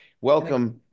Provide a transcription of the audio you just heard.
welcome